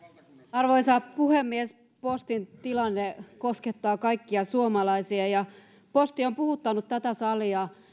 arvoisa puhemies postin tilanne koskettaa kaikkia suomalaisia posti on puhuttanut tätä salia